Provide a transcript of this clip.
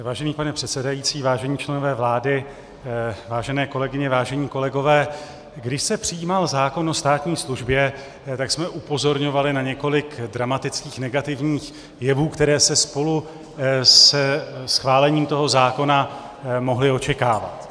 Vážený pane předsedající, vážení členové vlády, vážené kolegyně, vážení kolegové, když se přijímal zákon o státní službě, tak jsme upozorňovali na několik dramatických negativních jevů, které se spolu se schválením toho zákona mohly očekávat.